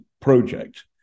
project